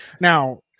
Now